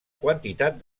quantitat